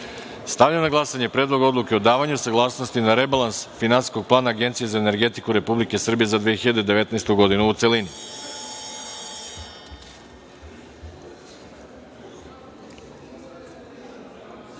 na glasanje Predlog odluke o davanju saglasnosti na Rebalans Finansijskog plana Agencije za energetiku Republike Srbije za 2019. godinu, u